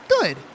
good